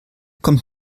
kommt